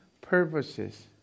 purposes